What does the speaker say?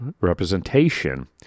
representation